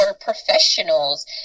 professionals